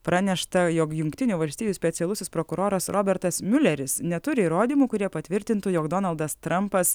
pranešta jog jungtinių valstijų specialusis prokuroras robertas miuleris neturi įrodymų kurie patvirtintų jog donaldas trampas